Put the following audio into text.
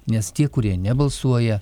nes tie kurie nebalsuoja